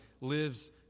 lives